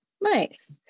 Nice